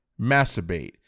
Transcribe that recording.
masturbate